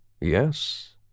Yes